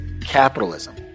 capitalism